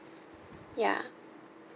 ya